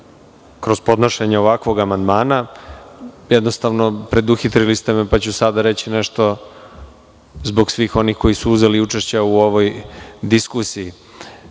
kroz podnošenje ovakvog amandmana. Jednostavno preduhitrili ste me pa ću sada reći nešto zbog svih onih koji su uzeli učešće u ovoj diskusiji. Dakle,